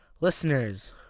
Listeners